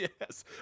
Yes